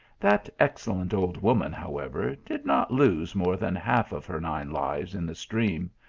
that excellent old woman, however, did not lose more than half of her nine lives in the stream.